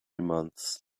months